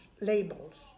labels